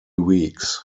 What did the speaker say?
weeks